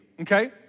okay